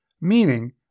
meaning